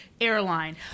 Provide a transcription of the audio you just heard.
airline